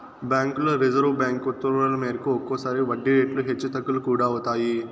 బ్యాంకుల్లో reserve bank ఉత్తర్వుల మేరకు ఒక్కోసారి వడ్డీ రేట్లు హెచ్చు తగ్గులు కూడా అవుతాయి